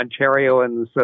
Ontarians